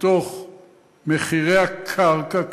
מתוך מחירי הקרקע.